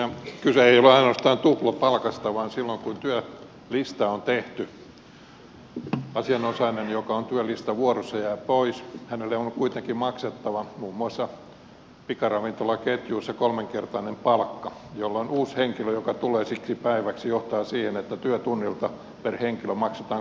kyse ei ole ainoastaan tuplapalkasta vaan silloin kun työlista on tehty ja asianosainen joka on työlistalla vuorossa jää pois hänelle on kuitenkin maksettava muun muassa pikaravintolaketjuissa kolminkertainen palkka jolloin se kun uusi henkilö tulee siksi päiväksi johtaa siihen että työtunnilta per henkilö maksetaan kuusinkertainen palkka